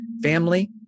Family